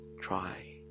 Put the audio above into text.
try